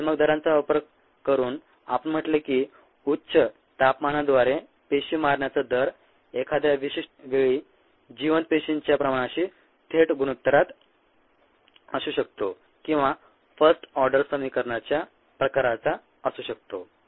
आणि मग दरांचा वापर करून आपण म्हटले की उच्च तापमानाद्वारे पेशी मारण्याचा दर एखाद्या विशिष्ट वेळी जिवंत पेशींच्या प्रमाणाशी थेट गुणोत्तरात असू शकतो किंवा फर्स्ट ऑर्डर समिकरणाच्या प्रकारचा असू शकतो